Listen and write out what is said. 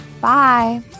bye